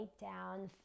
down